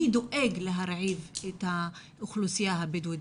מי דואג להרעיב את האוכלוסייה הבדואית?